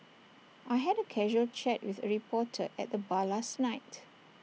I had A casual chat with A reporter at the bar last night